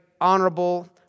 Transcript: honorable